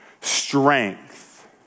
strength